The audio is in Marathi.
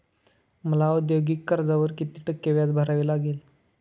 मला औद्योगिक कर्जावर किती टक्के व्याज भरावे लागेल?